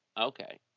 okay